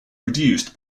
reduced